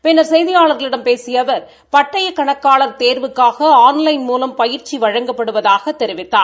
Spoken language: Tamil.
பின்னா் செய்தியாளா்களிடம் பேசிய அவா் பட்டய கணக்காளா் தேர்வுக்காக ஆன்லைன் மூலம் பயிற்சி வழங்கப்படுவதாகத் தெரிவித்தார்